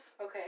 Okay